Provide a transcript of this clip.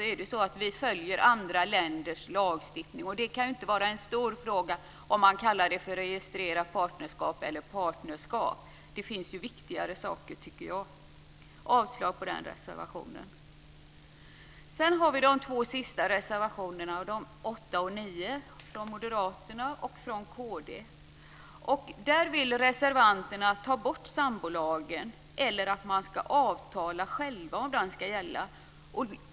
Vi följer andra länders lagstiftning. Det kan inte vara en stor fråga om man kallar det för registrerat partnerskap eller partnerskap. Det finns viktigare saker. Jag yrkar avslag på reservation 7. De två sista reservationerna, 8 och 9, kommer från Moderaterna och Kristdemokraterna. Reservanterna vill ta bort sambolagen eller att människor ska avtala själva om den ska gälla.